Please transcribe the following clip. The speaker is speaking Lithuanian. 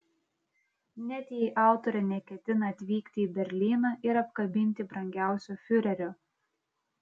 net jei autorė neketina atvykti į berlyną ir apkabinti brangiausio fiurerio